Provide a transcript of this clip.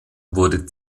wurde